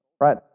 Right